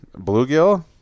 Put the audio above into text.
Bluegill